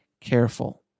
careful